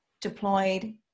deployed